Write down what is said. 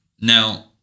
Now